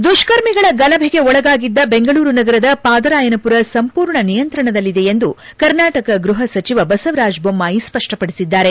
ದುಷ್ತರ್ಮಿಗಳ ಗಲಭೆಗೆ ಒಳಗಾಗಿದ್ದ ಬೆಂಗಳೂರು ನಗರದ ಪಾದರಾಯನಪುರ ಸಂಪೂರ್ಣ ನಿಯಂತ್ರಣದಲ್ಲಿದೆ ಎಂದು ಕರ್ನಾಟಕ ಗೃಹ ಸಚಿವ ಬಸವರಾಜ ಬೊಮ್ನಾಯಿ ಸ್ಪಷ್ಟಪಡಿಸಿದ್ದಾರೆ